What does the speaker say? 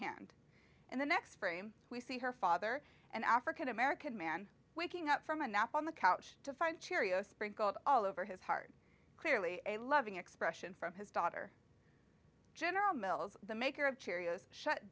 hand and the next frame we see her father an african american man waking up from a nap on the couch to find cheerios sprinkled all over his heart clearly a loving expression from his daughter general mills the maker of cheerios shut